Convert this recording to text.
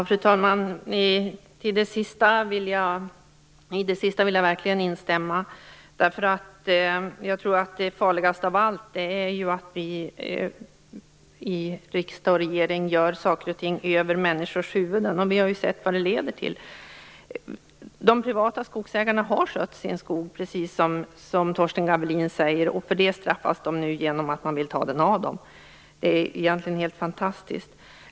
Fru talman! Det sistnämnda vill jag verkligen instämma i, därför att jag tror att det farligaste av allt är att riksdag och regering gör saker och ting över människors huvuden. Vi har ju sett vad det leder till. De privata skogsägarna har skött sin skog, precis som Torsten Gavelin säger. För detta straffas de nu genom att man vill ta skogen ifrån dem. Det är egentligen helt otroligt.